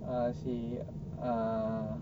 uh si uh